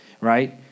right